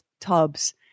tubs